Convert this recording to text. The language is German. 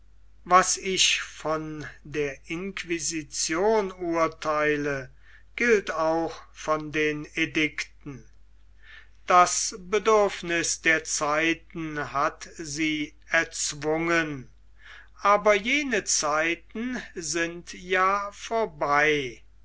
was ich von der inquisition urtheile gilt auch von den edikten das bedürfniß der zeiten hat sie erzwungen aber jene zeiten sind ja vorbei